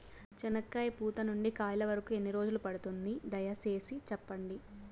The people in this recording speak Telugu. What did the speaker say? చెనక్కాయ పూత నుండి కాయల వరకు ఎన్ని రోజులు పడుతుంది? దయ సేసి చెప్పండి?